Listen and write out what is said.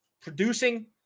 producing